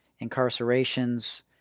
incarcerations